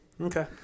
Okay